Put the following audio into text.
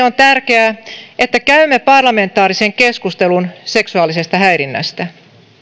on tärkeää että käymme parlamentaarisen keskustelun seksuaalisesta häirinnästä